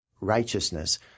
righteousness